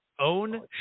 Own